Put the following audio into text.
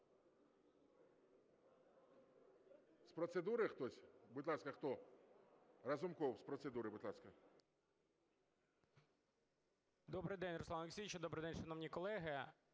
Добрий день, Руслане Олексійовичу! Добрий день, шановні колеги!